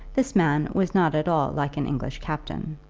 this man was not at all like an english captain.